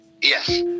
Yes